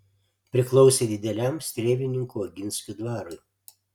priklausė dideliam strėvininkų oginskių dvarui